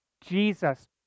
Jesus